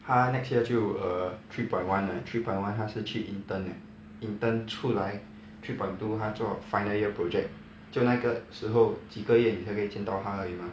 他 next year 就 err three point one 了 three point one 他是去 intern liao intern 出来 three point two 他做 final year project 就那个时候几个月你才可以见到他而已 mah